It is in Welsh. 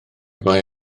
mae